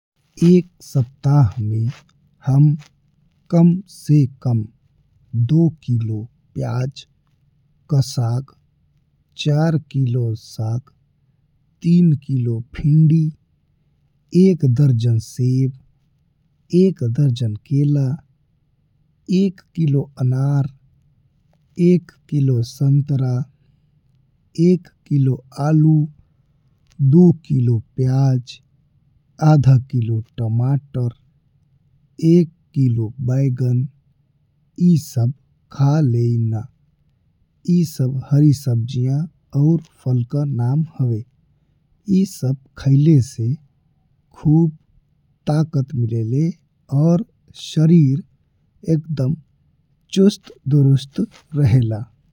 एक सप्ताह में हम कम से कम दू किलो प्याज का साग, चार किलो साग, तीन किलो भिंडी, एक दरजन सेब, एक दरजन केला, एक किलो अनार, एक किलो संतर, एक किलो आलू, दू किलो प्याज, आधा किलो टमाटर, एक किलो बैगन ई सब खा लेइला। ई सब हरी सब्जियन और फल का नाम हवे। ई सब खइले से खूब ताकत मिलेला और शरीर एकदम चुस्त दुरुस्त रहेला।